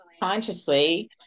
consciously